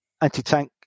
anti-tank